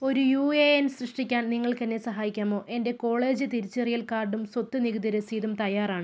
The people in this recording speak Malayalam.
ഒരു യു എ എൻ സൃഷ്ടിക്കാൻ നിങ്ങൾക്ക് എന്നെ സഹായിക്കാമോ എൻ്റെ കോളേജ് തിരിച്ചറിയൽ കാർഡും സ്വത്ത് നികുതി രസീതും തയ്യാറാണ്